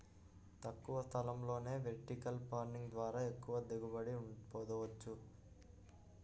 తక్కువ స్థలంలోనే vertical farming ద్వారా ఎక్కువ దిగుబడిని పొందవచ్చు